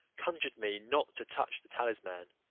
conjured me not to touch the talisman.